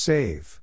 Save